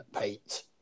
Pete